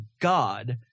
god